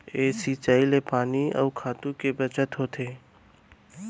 ए सिंचई ले पानी अउ खातू के बचत होथे